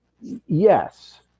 Yes